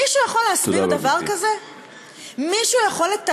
מישהו יכול להסביר דבר כזה?